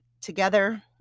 together